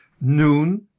noon